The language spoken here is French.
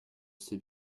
sais